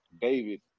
David